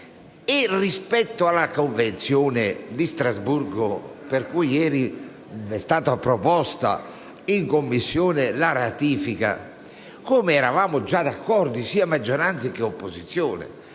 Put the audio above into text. Rispetto alla Convenzione di Strasburgo, di cui ieri è stata proposta in Commissione la ratifica, eravamo già d'accordo, maggioranza e opposizione.